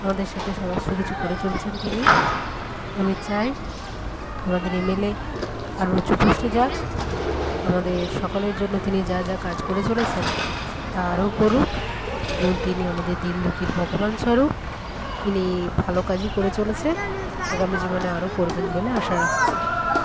আমাদের সাথে সমস্ত কিছু করে চলছেন তিনি আমি চাই আমাদের এমএলএ আরও উঁচু পোস্টে যাক আমাদের সকলের জন্য তিনি যা যা কাজ করে চলেছেন তা আরও করুক এবং তিনি আমাদের দীন দুঃখীর ভগবান স্বরূপ তিনি এ ভালো কাজই করে চলেছে আগামী জীবনে আরও করবেন বলে আশা রাখছি